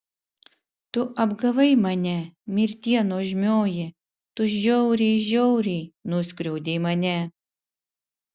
tu apgavai mane mirtie nuožmioji tu žiauriai žiauriai nuskriaudei mane